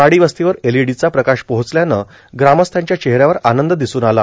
वाडी वस्तीवर एलईडीचा प्रकाश पोहचल्यान ग्रामस्थांच्या चेहऱ्यावर आनंद ादसून आला